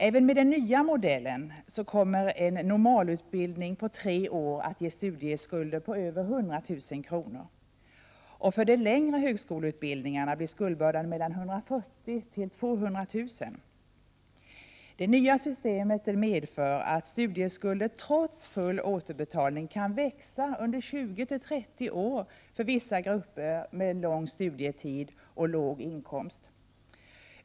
Även med den nya modellen kommer en normalutbildning på tre år att ge studieskulder på över 100 000 kr. För de längre högskoleutbildningarna blir skuldbördan mellan 140 000 och 200 000 kr. Det nya systemet medför att studieskulden trots full återbetalning kan växa under 20-30 år för vissa grupper med lång studietid och låg inkomst.